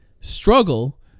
struggle